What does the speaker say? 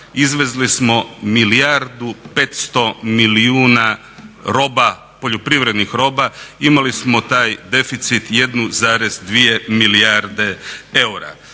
izvezli smo milijardu 500 milijuna roba, poljoprivrednih roba. Imali smo taj deficit 1,2 milijarde eura.